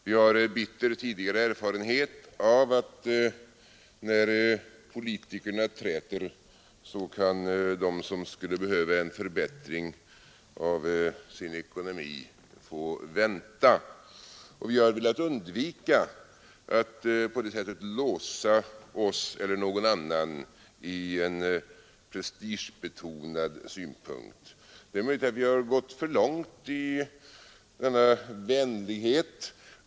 Vi har bitter tidigare erfarenhet av att när politikerna träter så kan de som skulle behöva en förbättring av sin ekonomi få vänta, och vi har velat undvika att på det sättet låsa oss eller någon annan i en prestigebetonad synpunkt. Det är möjligt att vi har gått för långt i denna vänlighet.